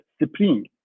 Supreme